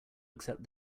accept